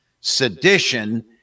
Sedition